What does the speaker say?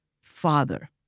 father